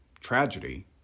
tragedy